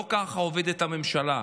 לא ככה עובדת הממשלה.